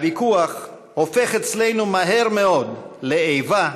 הוויכוח הופך אצלנו מהר מאוד לאיבה,